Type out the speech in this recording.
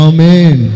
Amen